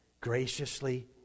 graciously